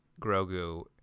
Grogu